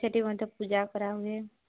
ସେଇଠି ମଧ୍ୟ ପୂଜା କରାହୁଏ